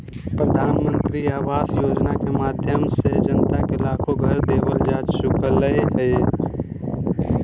प्रधानमंत्री आवास योजना के माध्यम से जनता के लाखो घर देवल जा चुकलय हें